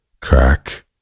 crack